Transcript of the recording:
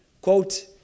quote